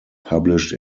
published